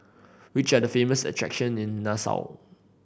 which are the famous attraction in Nassau